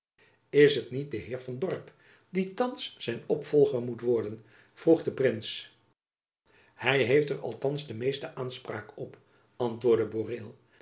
is het niet de heer van dorp die thands zijn opvolger moet worden vroeg de prins hy heeft er althands de meeste aanspraak op antwoordde boreel